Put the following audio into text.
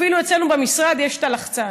אפילו אצלנו במשרד יש לחצן.